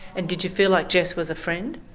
and did you feel like jess was a friend?